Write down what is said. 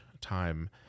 time